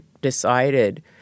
decided